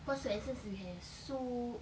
cause swensen's you have soup